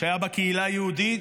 שהייתה בה קהילה יהודית,